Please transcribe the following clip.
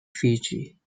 fidji